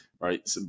Right